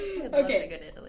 Okay